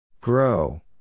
Grow